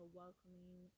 welcoming